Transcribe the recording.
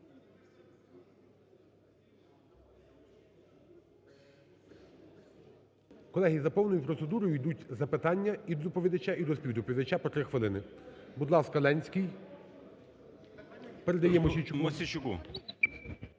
Колеги, за повною процедурою ідуть запитання до доповідача і співдоповідача, по три хвилини. Будь ласка, Ленський. Передає…